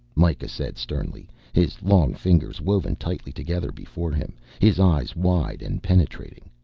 mikah said sternly, his long fingers woven tightly together before him, his eyes wide and penetrating.